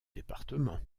département